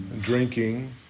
drinking